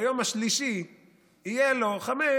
ביום השלישי חמץ,